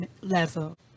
level